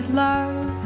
love